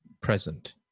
present